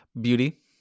Beauty